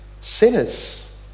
sinners